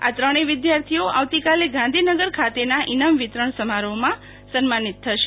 આ ત્રણેય વિદ્યાર્થીઓ આવતીકાલે ગાંધીનગર ખાતેના ઈનામ વિતરણ સમારોહમાં સન્માનિત થશે